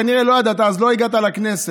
כנראה לא ידעת, אז עוד לא הגעת לכנסת,